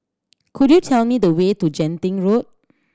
could you tell me the way to Genting Road